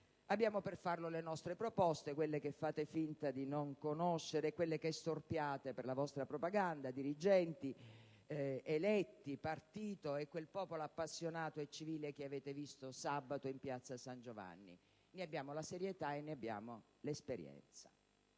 Abbiamo per farlo le nostre proposte (quelle che fate finta di non conoscere e che storpiate per la vostra propaganda), dirigenti politici ed eletti, partito e quel popolo appassionato e civile che avete visto sabato a Roma in piazza San Giovanni. Ne abbiamo la serietà e l'esperienza.